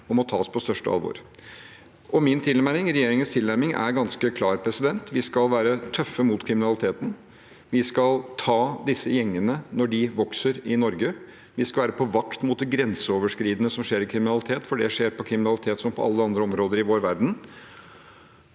det må tas på største alvor. Min og regjeringens tilnærming er ganske klar. Vi skal være tøffe mot kriminaliteten, vi skal ta disse gjengene når de vokser i Norge, vi skal være på vakt mot det grenseoverskridende som skjer innen kri minalitet, for det skjer på kriminalitetsområdet som på alle andre områder i vår verden,